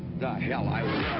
the hell i